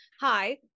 hi